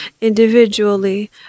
individually